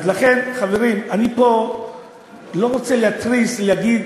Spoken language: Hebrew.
אז לכן, חברים, אני פה לא רוצה להתריס, להגיד